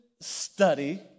study